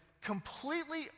completely